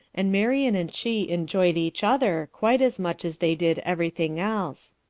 and marian and she enjoyed each other quite as much as they did everything else.